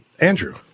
Andrew